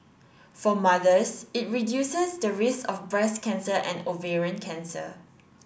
for mothers it reduces the risk of breast cancer and ovarian cancer